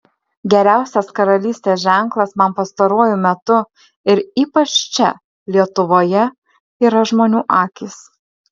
geriausias karalystės ženklas man pastaruoju metu ir ypač čia lietuvoje yra žmonių akys